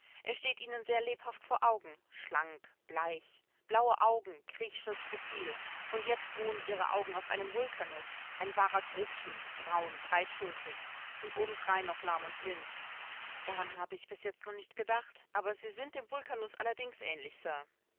er steht ihnen sehr lebhaft vor augen schlank bleich blaue augen griechisches profil und jetzt ruhen ihre augen auf einem vulkanus ein wahrer grobschmied braun breitschultrig und obendrein noch lahm und blind daran habe ich bis jetzt noch nicht gedacht aber sie sind dem vulkanus allerdings ähnlich sir